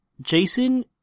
Jason